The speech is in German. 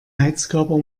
heizkörper